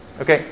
Okay